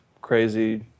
crazy